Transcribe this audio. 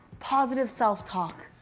positive self talk.